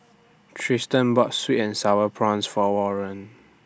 Triston bought Sweet and Sour Prawns For Warren